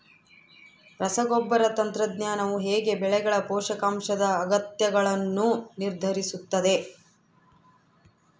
ರಸಗೊಬ್ಬರ ತಂತ್ರಜ್ಞಾನವು ಹೇಗೆ ಬೆಳೆಗಳ ಪೋಷಕಾಂಶದ ಅಗತ್ಯಗಳನ್ನು ನಿರ್ಧರಿಸುತ್ತದೆ?